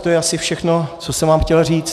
To je asi všechno, co jsem vám chtěl říci.